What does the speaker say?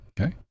okay